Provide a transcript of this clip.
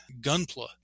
Gunpla